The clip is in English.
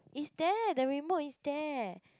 is there the remote is there